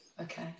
Okay